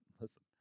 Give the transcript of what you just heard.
listen